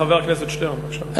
חבר הכנסת שטרן, בבקשה.